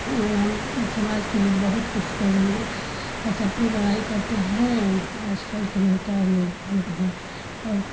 हम समाज के लिए बहुत कुछ करेंगे बस अपनी बड़ाई करते हैं आजकल के नेता लोग जो हैं और